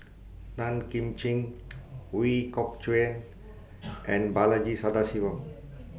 Tan Kim Ching Ooi Kok Chuen and Balaji Sadasivan